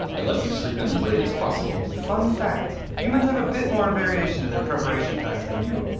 i let you sleep in as late as possible fun fact humans have a bit more variation to their preparation times than you.